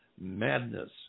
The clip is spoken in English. Madness